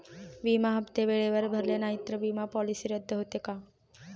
विमा हप्ते वेळेवर भरले नाहीत, तर विमा पॉलिसी रद्द होते का?